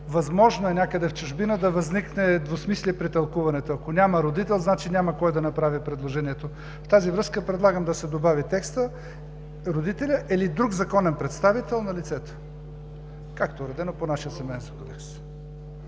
Възможно е някъде в чужбина да възникне двусмислие при тълкуването. Ако няма родител, значи няма кой да направи предложението. В тази връзка предлагам да се добави текстът: „Родителят или друг законен представител на лицето“, както е уредено по нашия Семеен кодекс.